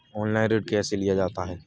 Online ऋण कैसे लिया जाता है?